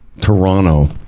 Toronto